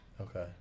okay